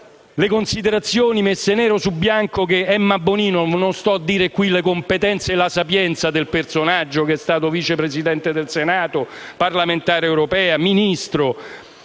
le considerazioni messe nero su bianco da Emma Bonino - non ricordo in questa sede le competenze e la sapienza del personaggio, che è stato vice Presidente del Senato, parlamentare europeo e Ministro